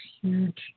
huge